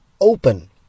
open